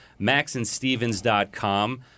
maxandstevens.com